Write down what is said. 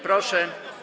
Proszę.